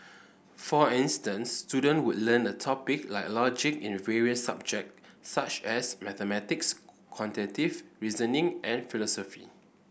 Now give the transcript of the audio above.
for instance student would learn a topic like logic in various subject such as mathematics quantitative reasoning and philosophy